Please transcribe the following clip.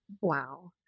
Wow